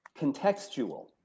contextual